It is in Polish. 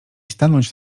stanąć